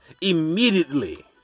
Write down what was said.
immediately